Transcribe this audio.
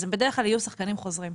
אז הם בדרך כלל יהיו שחקנים חוזרים.